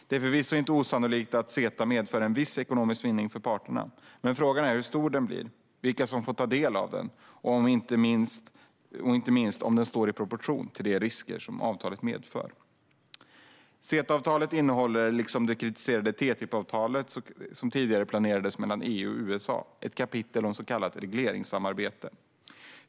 Det är förvisso inte osannolikt att CETA medför en viss ekonomisk vinning för parterna. Frågan är dock hur stor den blir, vilka som får ta del av den och inte minst om den står i proportion till de risker som avtalet medför. CETA innehåller, liksom det kritiserade TTIP-avtalet som tidigare planerades mellan EU och USA, ett kapitel om så kallat regleringssamarbete.